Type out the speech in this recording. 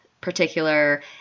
particular